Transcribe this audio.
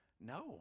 No